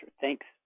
Thanks